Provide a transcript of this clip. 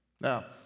Now